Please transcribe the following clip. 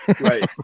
right